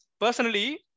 personally